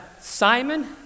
Simon